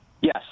Yes